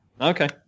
Okay